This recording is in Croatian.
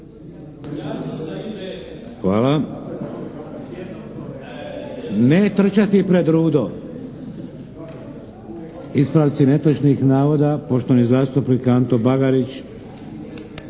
Hvala. Ne trčati pred rudo! Ispravci netočnih navoda, poštovani zastupnik Anto Bagarić.